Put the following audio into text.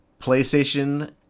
PlayStation